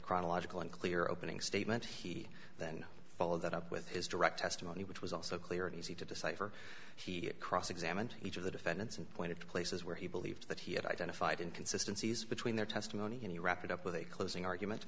chronological and clear opening statement he then followed that up with his direct testimony which was also clear and easy to decipher he cross examined each of the defendants and pointed to places where he believed that he had identified and consistencies between their testimony and you wrap it up with a closing argument